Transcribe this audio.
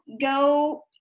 go